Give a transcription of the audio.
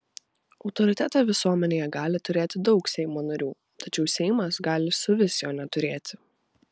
autoritetą visuomenėje gali turėti daug seimo narių tačiau seimas gali suvis jo neturėti